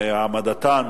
והעמדתם